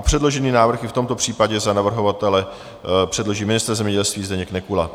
Předložený návrh i v tomto případě za navrhovatele předloží ministr zemědělství Zdeněk Nekula.